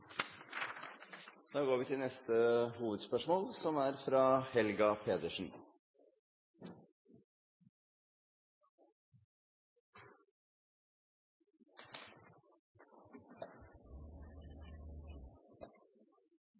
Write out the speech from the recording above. Da går vi videre til neste hovedspørsmål.